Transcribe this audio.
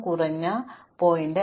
അതിനാൽ ഇത് n log n ആണ്